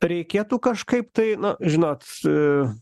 reikėtų kažkaip tai na žinot